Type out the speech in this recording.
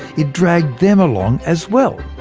it dragged them along as well.